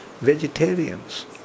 vegetarians